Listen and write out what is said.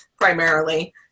primarily